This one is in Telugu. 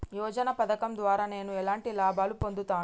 యోజన పథకం ద్వారా నేను ఎలాంటి లాభాలు పొందుతాను?